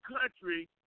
country